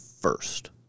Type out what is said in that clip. first